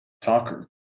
talker